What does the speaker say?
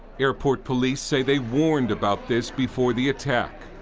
airport police say they warned about this before the attack.